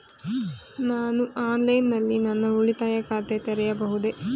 ನಾನು ಆನ್ಲೈನ್ ನಲ್ಲಿ ನನ್ನ ಉಳಿತಾಯ ಖಾತೆ ತೆರೆಯಬಹುದೇ?